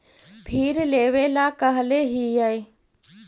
फिर लेवेला कहले हियै?